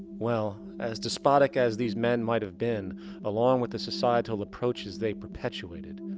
well, as despotic as these men might have been along with the societal approaches they perpetuated,